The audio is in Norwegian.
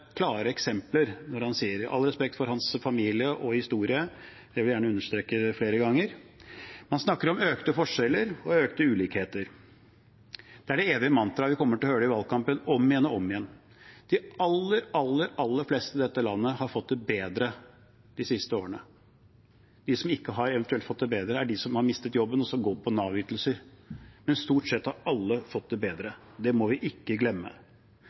klare eksempler i det han sier. All respekt for hans familie og hans historie – det vil jeg gjerne understreke flere ganger. Han snakker om økte forskjeller og økte ulikheter. Det er det evige mantraet; vi kommer til å høre det om igjen og om igjen i valgkampen. De aller, aller fleste i dette landet har fått det bedre de siste årene. De som eventuelt ikke har fått det bedre, er de som har mistet jobben og går på Nav-ytelser, men stort sett alle har fått det bedre. Det må vi ikke glemme.